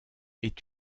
est